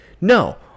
No